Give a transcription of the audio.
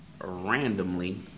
randomly